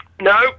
No